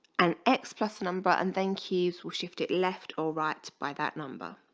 and x plus number and then keys will shift it left or right by that number